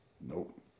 Nope